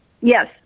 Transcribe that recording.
Yes